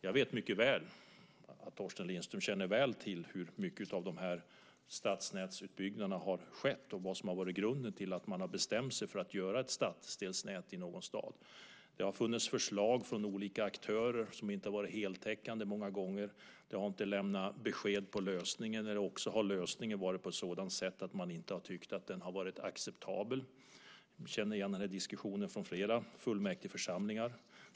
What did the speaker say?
Jag vet mycket väl att Torsten Lindström känner väl till hur mycket av de här stadsnätsutbyggnaderna som har skett och vad som har varit grunden till att man har bestämt sig för att göra ett stadsdelsnät i någon stad. Det har funnits förslag från olika aktörer som många gånger inte har varit heltäckande. De har inte lämnat besked om en lösning, eller också har lösningen varit sådan att man inte har tyckt att den varit acceptabel. Vi känner igen den här diskussionen från flera fullmäktigeförsamlingar.